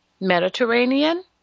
Mediterranean